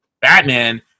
Batman